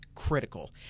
critical